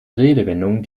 redewendungen